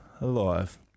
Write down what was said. alive